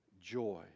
joy